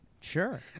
sure